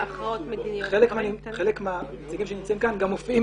חלק מהנציגים שנמצאים כאן גם מופיעים